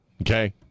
Okay